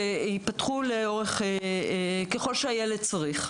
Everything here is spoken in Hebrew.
והם ייפתחו ככל שהילד צריך.